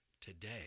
today